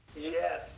Yes